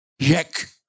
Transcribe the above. Jack